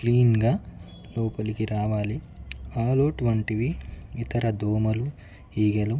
క్లీన్గా లోపలికి రావాలి ఆల్ ఔట్ వంటివి ఇతర దోమలు ఈగలు